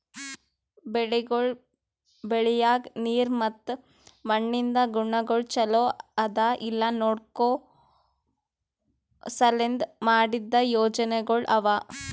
ಬೆಳಿಗೊಳ್ ಬೆಳಿಯಾಗ್ ನೀರ್ ಮತ್ತ ಮಣ್ಣಿಂದ್ ಗುಣಗೊಳ್ ಛಲೋ ಅದಾ ಇಲ್ಲಾ ನೋಡ್ಕೋ ಸಲೆಂದ್ ಮಾಡಿದ್ದ ಯೋಜನೆಗೊಳ್ ಅವಾ